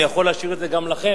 אני יכול להשאיר את זה גם לכם,